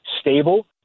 stable